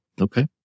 Okay